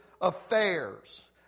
affairs